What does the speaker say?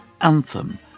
anthem